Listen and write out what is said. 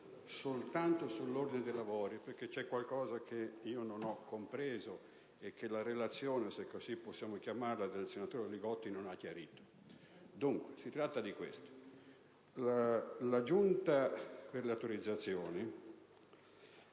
intervengo sull'ordine dei lavori, perché c'è qualcosa che io non ho compreso e che la relazione (se così possiamo chiamarla) del senatore Li Gotti non ha chiarito. Si tratta di questo: